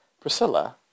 Priscilla